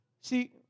See